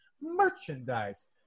Merchandise